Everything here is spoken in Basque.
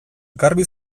garbi